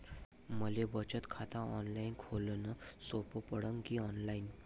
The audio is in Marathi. मले बचत खात ऑनलाईन खोलन सोपं पडन की ऑफलाईन?